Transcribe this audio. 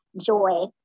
joy